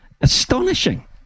astonishing